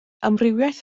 amrywiaeth